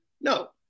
No